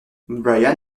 brian